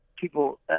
People